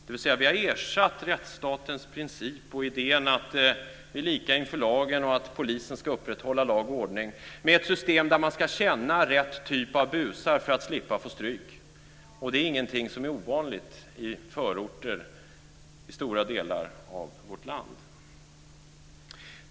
Vi har med andra ord ersatt rättsstatens princip, idén om att vi är lika inför lagen och att polisen ska upprätthålla lag och ordning, med ett system där man ska känna rätt typ av busar för att slippa få stryk. Och det är ingenting som är ovanligt i förorter i stora delar av vårt land.